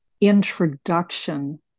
introduction